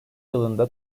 yılında